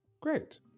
Great